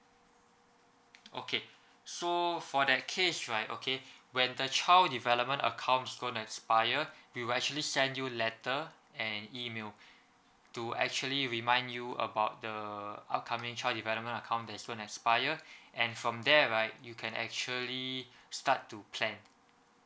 okay so for that case right okay when the child development account is gonna to expire we'll actually send you letter and email to actually remind you about the upcoming child development account that's soon expire and from there right you can actually start to plan